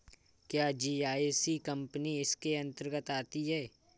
क्या GIC company इसके अन्तर्गत आती है?